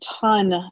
ton